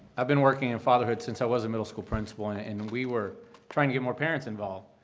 i've been working in fatherhood since i was a middle school principal and we were trying to more parents involved,